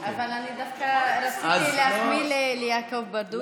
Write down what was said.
אבל אני דווקא רציתי להחמיא ליעקב ברדוגו,